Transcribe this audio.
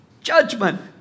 Judgment